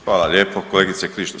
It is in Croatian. Hvala lijepo kolegice Krišto.